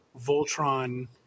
Voltron